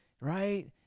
right